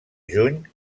juny